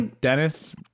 Dennis